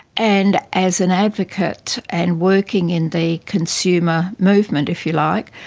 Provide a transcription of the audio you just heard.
and as an advocate and working in the consumer movement, if you like,